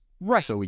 Right